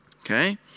Okay